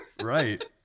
right